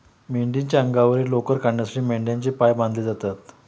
मेंढीच्या अंगावरील लोकर काढण्यासाठी मेंढ्यांचे पाय बांधले जातात